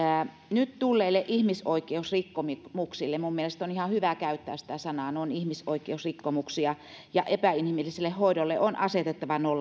nyt esille tulleille ihmisoikeusrikkomuksille minun mielestäni on ihan hyvä käyttää sitä sanaa ne ovat ihmisoikeusrikkomuksia ja epäinhimilliselle hoidolle on asetettava